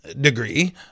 degree